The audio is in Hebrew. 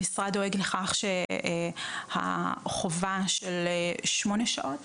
המשרד דואג לכך שימלאו את החובה שיהיו מצילים